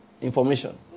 information